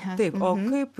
taip o kaip